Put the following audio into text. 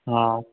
हा